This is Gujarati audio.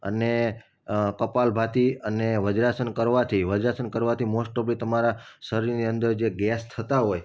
અને કપાલભાતી અને વજ્રાસન કરવાથી વજ્રાસન કરવાથી મોસ્ટ ઓફલી તમારા શરીરની અંદર જે ગેસ થતા હોય